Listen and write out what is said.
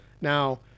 Now